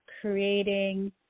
creating